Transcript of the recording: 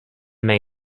may